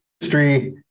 industry